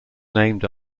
named